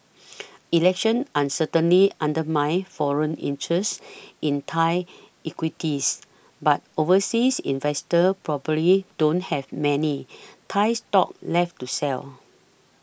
election uncertainly undermines foreign interest in Thai equities but overseas investors probably don't have many Thai stocks left to sell